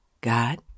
God